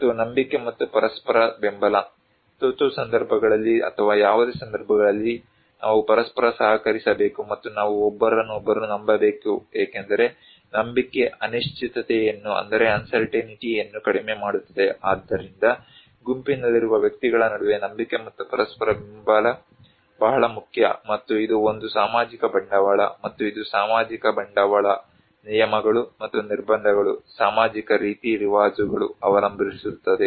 ಮತ್ತು ನಂಬಿಕೆ ಮತ್ತು ಪರಸ್ಪರ ಬೆಂಬಲ ತುರ್ತು ಸಂದರ್ಭಗಳಲ್ಲಿ ಅಥವಾ ಯಾವುದೇ ಸಂದರ್ಭಗಳಲ್ಲಿ ನಾವು ಪರಸ್ಪರ ಸಹಕರಿಸಬೇಕು ಮತ್ತು ನಾವು ಒಬ್ಬರನ್ನೊಬ್ಬರು ನಂಬಬೇಕು ಏಕೆಂದರೆ ನಂಬಿಕೆ ಅನಿಶ್ಚಿತತೆಯನ್ನು ಕಡಿಮೆ ಮಾಡುತ್ತದೆ ಆದ್ದರಿಂದ ಗುಂಪಿನಲ್ಲಿರುವ ವ್ಯಕ್ತಿಗಳ ನಡುವೆ ನಂಬಿಕೆ ಮತ್ತು ಪರಸ್ಪರ ಬೆಂಬಲ ಬಹಳ ಮುಖ್ಯ ಮತ್ತು ಇದು ಒಂದು ಸಾಮಾಜಿಕ ಬಂಡವಾಳ ಮತ್ತು ಇದು ಸಾಮಾಜಿಕ ಬಂಡವಾಳ ನಿಯಮಗಳು ಮತ್ತು ನಿರ್ಬಂಧಗಳು ಸಾಮಾಜಿಕ ರೀತಿ ರಿವಾಜುಗಳು ಅವಲಂಬಿಸಿರುತ್ತದೆ